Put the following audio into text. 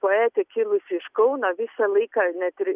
poetė kilusi iš kauno visą laiką net ir